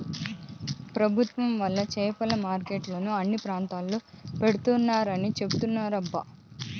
పెభుత్వం వాళ్ళు చేపల మార్కెట్లను అన్ని ప్రాంతాల్లో పెడతారని చెబుతున్నారబ్బా